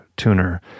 tuner